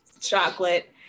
Chocolate